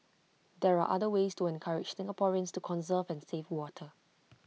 there are other ways to encourage Singaporeans to conserve and save water